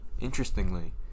Interestingly